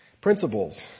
Principles